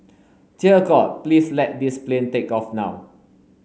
dear god please let this plane take off now